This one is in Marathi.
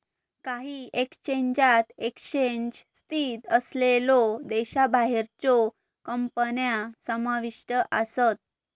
काही एक्सचेंजात एक्सचेंज स्थित असलेल्यो देशाबाहेरच्यो कंपन्या समाविष्ट आसत